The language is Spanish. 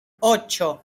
ocho